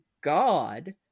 God